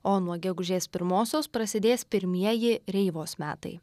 o nuo gegužės pirmosios prasidės pirmieji reivos metai